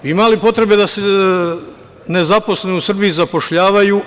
Da li ima potrebe da se nezaposleni u Srbiji zapošljavaju?